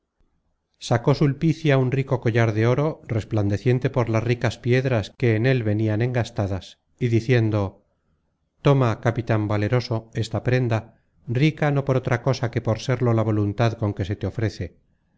sacó sulpicia un rico collar de oro resplandeciente por las ricas piedras que en él venian engastadas y diciendo toma capitan valeroso esta prenda rica no por otra cosa que por serlo la voluntad con que se te ofrece